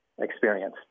experience